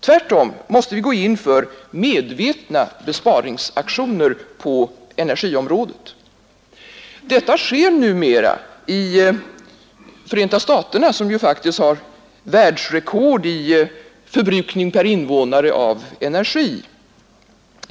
Tvärtom måste vi gå in för medvetna besparingsaktioner på energiområdet. Detta sker också numera i Förenta staterna, som har världsrekord i förbrukning av energi per invånare.